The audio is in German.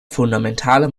fundamentale